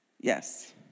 Yes